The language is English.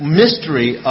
mystery